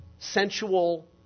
sensual